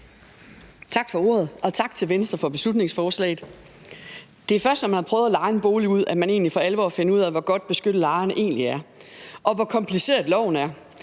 Tak for ordet, og tak til Venstre for beslutningsforslaget. Det er først, når man prøver at leje en bolig ud, at man egentlig for alvor finder ud af, hvor godt beskyttet lejerne egentlig er, og hvor kompliceret loven er.